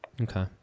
Okay